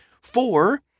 Four